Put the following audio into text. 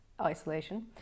isolation